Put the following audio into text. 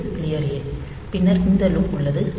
இது க்ளியர் ஏ பின்னர் இந்த லூப் உள்ளது